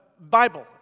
Bible